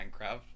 Minecraft